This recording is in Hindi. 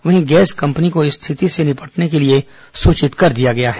वहीं गैस कंपनी को स्थिति से निपटने सूचित कर दिया गया है